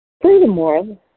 Furthermore